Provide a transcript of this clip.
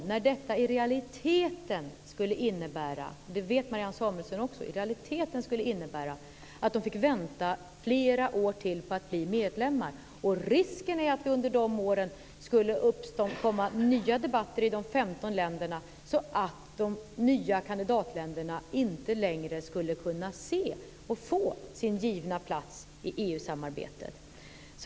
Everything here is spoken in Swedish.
Hennes linje skulle i realiteten innebära - det vet också Marianne Samuelsson - att de fick vänta flera år till på att bli medlemmar. Risken är att det under de åren skulle uppkomma nya debatter i de 15 länderna, så att de nya kandidatländerna inte längre skulle kunna få sin givna plats i EU-samarbetet.